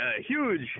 huge